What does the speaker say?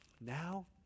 Now